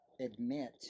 admit